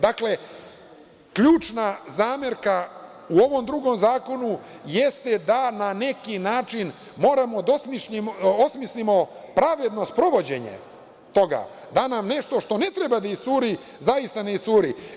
Dakle, ključna zamerka u ovom drugom zakonu jeste da na neki način moramo da osmislimo pravedno sprovođenje toga, da nam nešto što ne treba da iscuri, zaista ne iscuri.